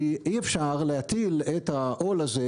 אי אפשר להטיל את העול הזה,